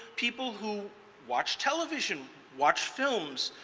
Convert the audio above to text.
people who watch television, watch films,